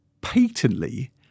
patently